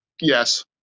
Yes